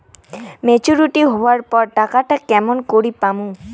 Maturity হবার পর টাকাটা কেমন করি পামু?